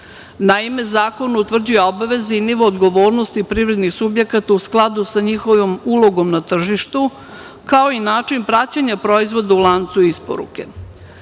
Naime, zakon utvrđuje obaveze i nivo odgovornosti privrednih subjekata u skladu sa njihovom ulogom na tržištu, kao i način praćenja proizvoda u lancu isporuke.